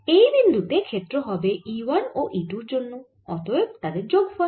এই বিন্দু তে ক্ষেত্র হবে E 1 ও E 2 এর জন্য অতএব তাদের যোগফল